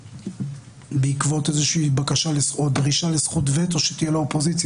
בעקבות דרישה לזכות וטו שתהיה לאופוזיציה,